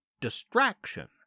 Distraction